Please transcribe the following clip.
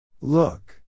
Look